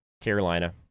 carolina